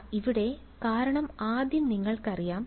ഇവിടെ കാരണം ആദ്യം നിങ്ങൾക്കറിയാം